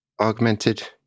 augmented